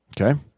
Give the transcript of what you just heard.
Okay